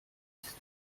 ist